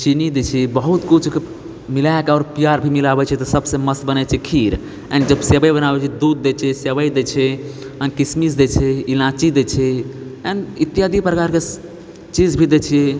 चीनी दए छी बहुत किछु मिलाए कऽ आओर प्यार भी मिलाबै छै तऽ सबसंँ मस्त बनैत छै खीर एंड जब सेवइ बनाबैत छै दूध दए छै सेवइ दए छै किशमिश दए छै इलायची दए छै एंड इत्यादि प्रकारके चीज भी दए छियै